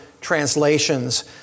translations